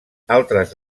altres